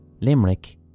Limerick